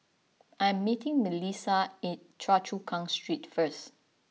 I am meeting Melisa at Choa Chu Kang Street First